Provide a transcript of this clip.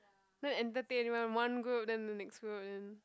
then entertain one one group then the next group then